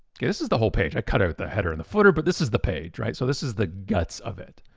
this is the whole page. i cut out the header and the footer, but this is the page, right? so this is the guts of it.